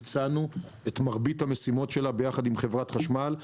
ביצענו את מרבית המשימות שלה יחד עם חברת החשמל.